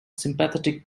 sympathetic